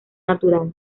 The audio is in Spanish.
natural